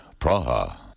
Praha